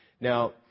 Now